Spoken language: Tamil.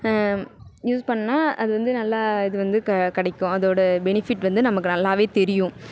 யூஸ் பண்ணிணா அது வந்து நல்ல இது வந்து க கிடைக்கும் அதோடு பெனிஃபிட் வந்து நமக்கு நல்லாவே தெரியும்